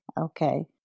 Okay